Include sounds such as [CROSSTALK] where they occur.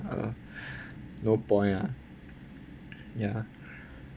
uh [BREATH] no point ah ya